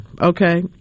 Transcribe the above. Okay